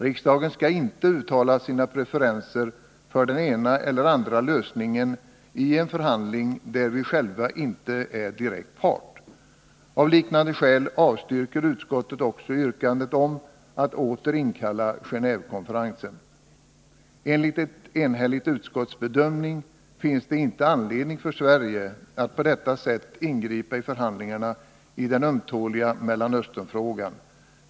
Riksdagen skall inte uttala sina preferenser för den ena eller andra lösningen i en förhandling där vi själva inte är direkt part. Av liknande skäl avstyrker utskottet också yrkandet om att åter inkalla Genå&vekonferensen. Enligt en enhällig utskottsbedömning finns det inte anledning för Sverige att på detta sätt ingripa i förhandlingarna i den ömtåliga Mellanösternfrågan.